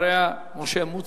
אחריה חבר הכנסת משה מטלון.